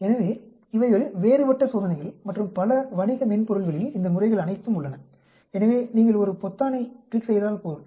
எனவே இவைகள் வேறுபட்ட சோதனைகள் மற்றும் பல வணிக மென்பொருள்களில் இந்த முறைகள் அனைத்தும் உள்ளன எனவே நீங்கள் ஒரு பொத்தானைக் கிளிக் செய்தால் போதும்